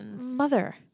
mother